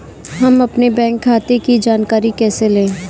हम अपने बैंक खाते की जानकारी कैसे लें?